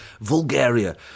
Bulgaria